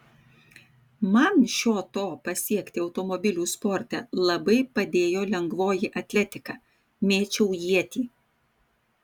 man šio to pasiekti automobilių sporte labai padėjo lengvoji atletika mėčiau ietį